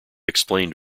explained